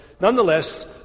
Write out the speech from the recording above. Nonetheless